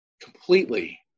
Completely